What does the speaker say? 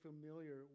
familiar